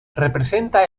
representa